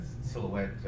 silhouette